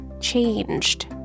changed